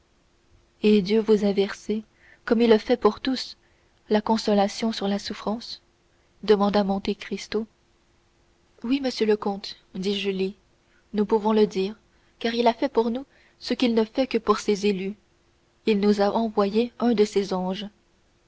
et dieu vous a versé comme il le fait pour tous la consolation sur la souffrance demanda monte cristo oui monsieur le comte dit julie nous pouvons le dire car il a fait pour nous ce qu'il ne fait que pour ses élus il nous a envoyé un de ses anges